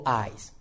eyes